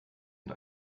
und